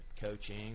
coaching